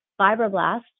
fibroblasts